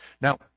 Now